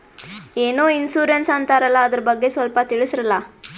ಏನೋ ಇನ್ಸೂರೆನ್ಸ್ ಅಂತಾರಲ್ಲ, ಅದರ ಬಗ್ಗೆ ಸ್ವಲ್ಪ ತಿಳಿಸರಲಾ?